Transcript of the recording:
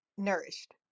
nourished